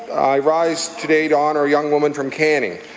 i rise today to honour a young woman from canning.